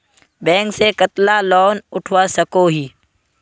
Bank से कतला loan उठवा सकोही?